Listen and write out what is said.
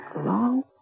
Long